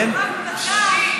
יש, בוודאי.